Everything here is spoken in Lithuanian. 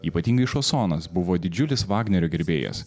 ypatingai šosonas buvo didžiulis vagnerio gerbėjas